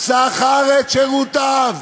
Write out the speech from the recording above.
שכר את שירותיו.